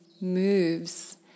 moves